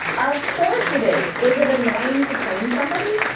of course it is. is it annoying to train somebody?